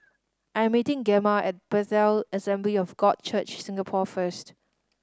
I'm meeting Gemma at Bethel Assembly of God Church Singapore first